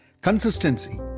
consistency